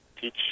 teach